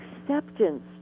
acceptance